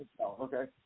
Okay